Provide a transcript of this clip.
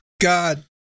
God